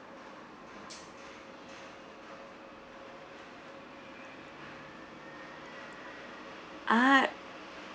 ah